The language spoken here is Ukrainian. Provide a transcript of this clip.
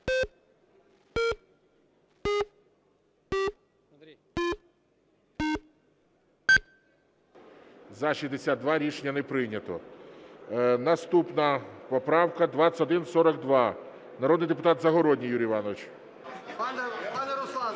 За-62 Рішення не прийнято. Наступна поправка 2142. Народний депутат Загородній Юрій Іванович. Нестор